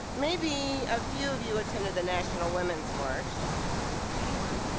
maybe a few of you attended the national women's march anyone?